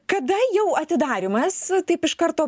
kada jau atidarymas taip iš karto